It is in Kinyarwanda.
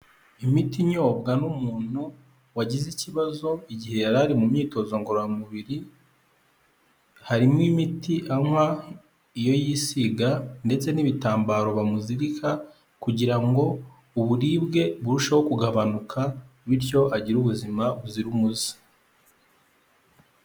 Imiti inyobwa n'umuntu wagize ikibazo igihe yari ari mu myitozo ngororamubiri, harimo imiti anywa, iyo yisiga ndetse n'ibitambaro bamuzirika kugira ngo uburibwe burusheho kugabanuka bityo agire ubuzima buzira umuze.